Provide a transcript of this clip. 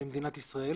למדינת ישראל